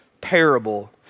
parable